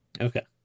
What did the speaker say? Okay